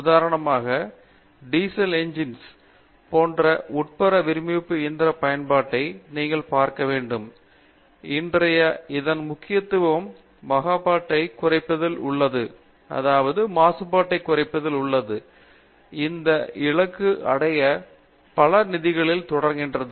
உதாரணமாக டீசல் என்ஜின்கள் போன்ற உட்புற எரிப்பு இயந்திர பயன்பாட்டை நீங்கள் பார்க்க வேண்டும் இன்றைய இதன் முக்கியத்துவம் மாசுபாட்டைக் குறைப்பதில் உள்ளது இந்த இலக்கு அடைய பல நிதிகளில் தொடர்கிறது